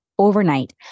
overnight